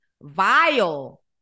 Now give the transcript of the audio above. vile